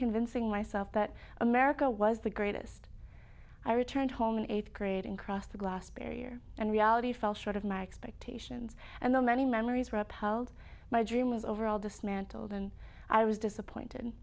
convincing myself that america was the greatest i returned home in eighth grade and crossed a glass barrier and reality fell short of my expectations and the many memories repelled my dream of over all dismantled and i was disappointed